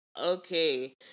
okay